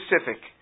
specific